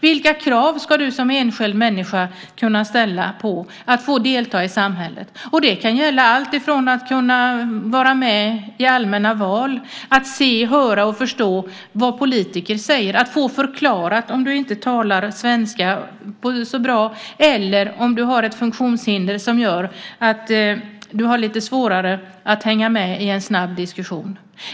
Vilka krav ska du som enskild människa kunna ställa på att få delta i samhället? Det kan gälla allt från att vara med i allmänna val, att se, höra och förstå vad politiker säger, att få förklarat om du inte talar svenska så bra eller om du har ett funktionshinder som gör att du har lite svårare att hänga med i en snabb diskussion.